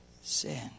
sin